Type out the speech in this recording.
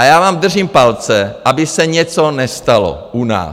Já vám držím palce, aby se něco nestalo u nás.